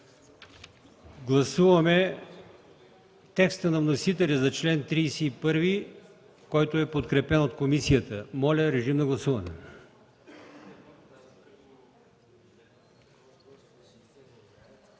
Гласуваме текста на вносителя за чл. 51, подкрепен от комисията. Режим на гласуване.